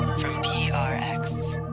from prx,